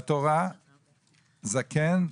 בתורה זקן,